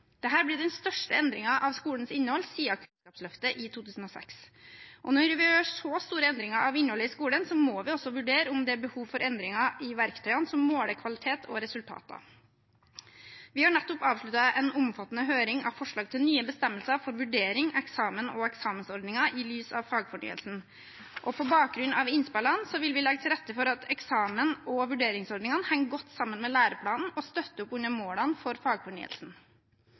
blir den største endringen av skolens innhold siden Kunnskapsløftet i 2006. Når vi gjør så store endringer av innholdet i skolen, må vi også vurdere om det er behov for endringer i verktøyene som måler kvalitet og resultater. Vi har nettopp avsluttet en omfattende høring av forslag til nye bestemmelser for vurdering, eksamen og eksamensordninger i lys av fagfornyelsen, og på bakgrunn av innspillene vil vi legge til rette for at eksamen og vurderingsordninger henger godt sammen med læreplanen og støtter opp under målene for fagfornyelsen.